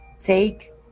Take